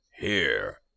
Here